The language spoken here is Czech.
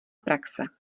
praxe